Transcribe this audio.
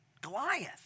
Goliath